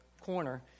corner